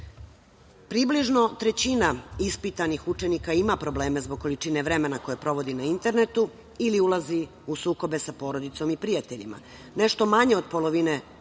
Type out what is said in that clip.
Približno trećina ispitanih učenika ima probleme zbog količine vremena koje provodi na internetu ili ulazi u sukobe sa porodicom i prijateljima. Nešto manje od polovine